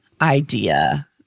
idea